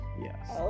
yes